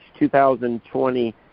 2020